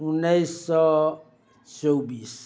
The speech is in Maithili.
उनैस सओ चौबिस